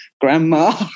Grandma